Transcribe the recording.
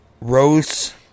rose